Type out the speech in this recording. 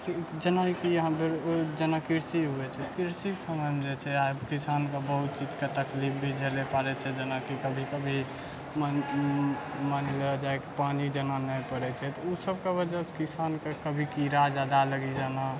जेनाकि अहाँ जेना कृषि होइत छै कृषि समयमे जे छै किसानके बहुत चीजके तकलीफ भी झेलय पड़ैत छै जेनाकि कभी कभी मानि लिअ जाइ कि पानि जेना नहि पड़ैत छै ओ सबके वजहसे किसानके कभी कीड़ा जादा लागि जाना